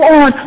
on